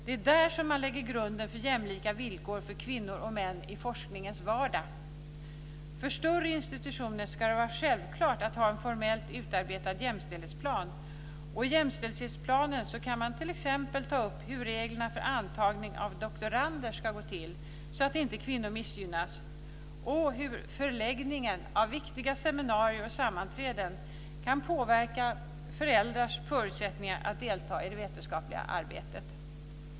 Det är där som grunden läggs för jämlika villkor för kvinnor och män i forskningens vardag. För större institutioner ska det vara självklart att ha en formellt utarbetad jämställdhetsplan. I jämställdhetsplanen kan man t.ex. ta upp hur reglerna för antagning av doktorander ska gå till så att inte kvinnor missgynnas och hur förläggningen av viktiga seminarier och sammanträden kan påverka föräldrars förutsättningar att delta i det vetenskapliga arbetet.